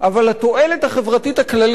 אבל התועלת החברתית הכללית,